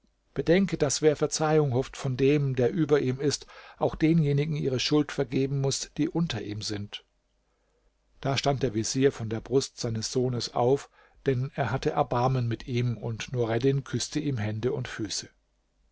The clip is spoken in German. bedenke daß wer verzeihung hofft von dem der über ihm ist auch denjenigen ihre schuld vergeben muß die unter ihm sind da stand der vezier von der brust seines sohnes auf denn er hatte erbarmen mit ihm und nureddin küßte ihm hände und füße